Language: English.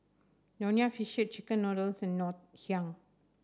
Nonya fish chicken noodles and Ngoh Hiang